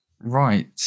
right